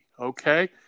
okay